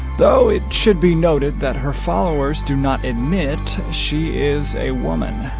though it should be noted that her followers do not admit she is a woman,